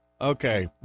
Okay